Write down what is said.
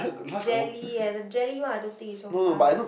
jelly eh the jelly one I don't think is so fast